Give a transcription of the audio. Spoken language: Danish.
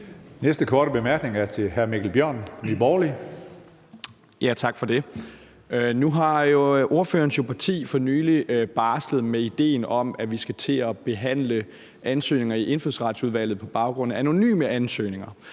næste korte bemærkning er til hr. Mikkel Bjørn, Nye Borgerlige. Kl. 19:42 Mikkel Bjørn (NB): Tak for det. Nu har ordførerens parti jo for nylig barslet med idéen om, at vi skal til at behandle ansøgninger i Indfødsretsudvalget på baggrund af anonyme ansøgninger.